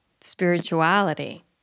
spirituality